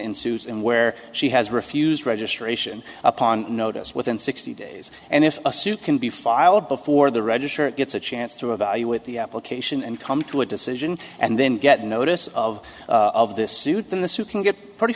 suit and where she has refused registration upon notice within sixty days and if a suit can be filed before the register it gets a chance to evaluate the application and come to a decision and then get notice of of this suit in the suit can get pretty